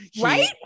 right